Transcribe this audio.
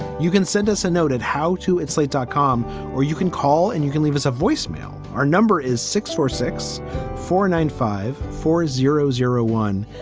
you can send us a note at how to it's late dot com or you can call and you can leave us a voicemail. our number is six four six four nine five four zero zero one.